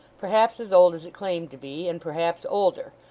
perhaps as old as it claimed to be, and perhaps older,